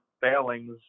Failings